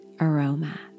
aroma